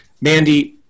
Mandy